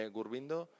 Gurbindo